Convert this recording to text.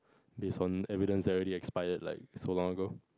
based on evidence that already expired like so long ago